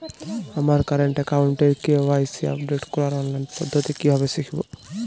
আমার কারেন্ট অ্যাকাউন্টের KYC update করার অনলাইন পদ্ধতি কীভাবে শিখব?